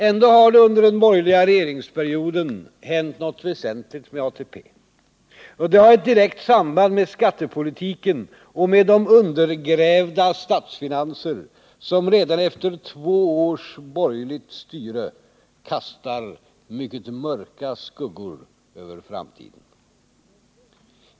Ändå har det under den borgerliga regeringsperioden hänt något väsentligt med ATP. Och det har ett direkt samband med skattepolitiken och med de undergrävda statsfinanserna, som redan efter två års borgerligt styre kastar mörka skuggor över framtiden.